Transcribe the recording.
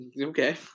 Okay